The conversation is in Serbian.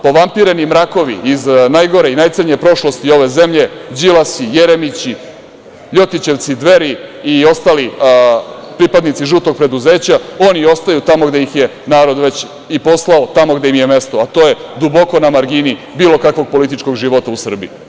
Povampireni mrakovi iz najgore i najcrnje prošlosti ove zemlje, đilasi, jeremići, ljotićevci, Dveri i ostali pripadnici žutog preduzeća, oni ostaju tamo gde ih je i već narod poslao, tamo gde im je mesto, a, to je duboko na margini bilo kakvog političkog života u Srbiji.